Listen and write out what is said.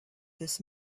this